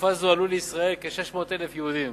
בתקופה זו עלו לישראל כ-600,000 יהודים